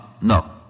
No